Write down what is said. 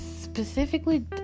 specifically